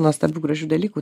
nuostabių gražių dalykų